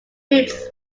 routes